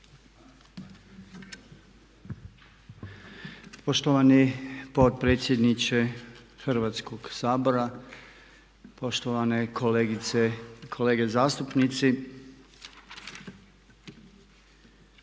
Poštovani potpredsjedniče Hrvatskog sabora, poštovane zastupnice i zastupnici